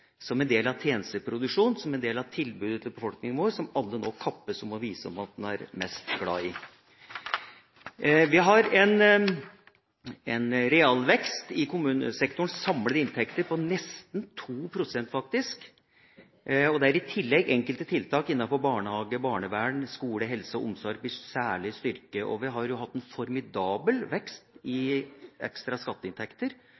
som en del av tjenesteproduksjonen, som en del av tilbudet til befolkningen vår, som alle nå kappes om å vise at de er mest glad i. Vi har faktisk en realvekst i kommunesektorens samlede inntekter på nesten 2 pst, der i tillegg enkelte tiltak innen barnehage, barnevern, skole, helse og omsorg blir særlig styrket. Vi har hatt en formidabel vekst